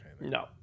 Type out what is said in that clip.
no